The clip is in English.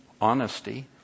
honesty